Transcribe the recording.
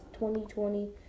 2020